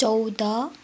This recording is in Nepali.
चौध